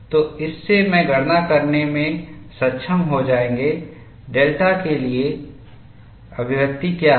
तो इस से मैं गणना करने में सक्षम हो जाएगा डेल्टा के लिए अभिव्यक्ति क्या है